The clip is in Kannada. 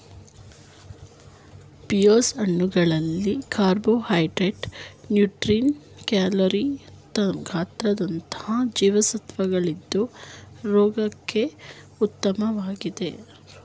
ಪಿಯರ್ಸ್ ಹಣ್ಣುಗಳಲ್ಲಿ ಕಾರ್ಬೋಹೈಡ್ರೇಟ್ಸ್, ಪ್ರೋಟೀನ್, ಕ್ಯಾಲೋರಿ ತಾಮ್ರದಂತಹ ಜೀವಸತ್ವಗಳಿದ್ದು ಆರೋಗ್ಯಕ್ಕೆ ಉತ್ತಮವಾಗಿದೆ